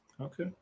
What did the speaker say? Okay